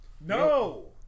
No